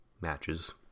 matches